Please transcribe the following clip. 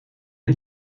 het